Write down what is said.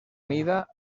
mida